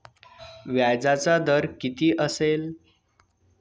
व्याजाचा दर किती असेल?